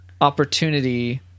opportunity